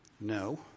No